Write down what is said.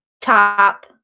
top